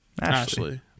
Ashley